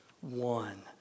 one